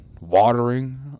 watering